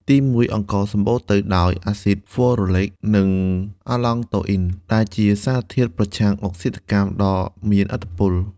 ទីមួយ អង្ករសម្បូរទៅដោយ អាស៊ីតហ្វឺរូលិក និង អាលឡង់តូអ៊ីន ដែលជាសារធាតុប្រឆាំងអុកស៊ីតកម្មដ៏មានឥទ្ធិពល។